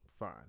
fine